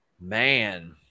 Man